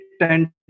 tend